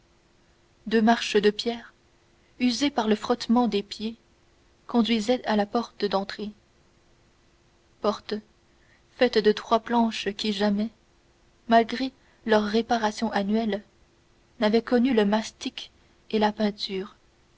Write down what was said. deux marches de pierre usées par le frottement des pieds conduisaient à la porte d'entrée porte faite de trois planches qui jamais malgré leurs réparations annuelles n'avaient connu le mastic et la peinture